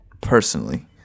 personally